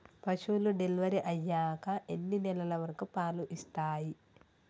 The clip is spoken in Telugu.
పశువులు డెలివరీ అయ్యాక ఎన్ని నెలల వరకు పాలు ఇస్తాయి?